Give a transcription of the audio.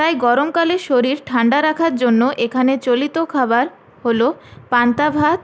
তাই গরমকালে শরীর ঠান্ডা রাখার জন্য এখানে চলিত খাবার হল পান্তাভাত